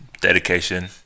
dedication